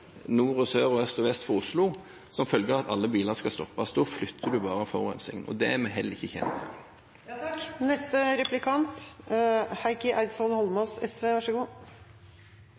sør, øst og vest for Oslo, som følge av at alle biler skal stoppes. Da flytter en bare forurensingen, og det er vi heller ikke tjent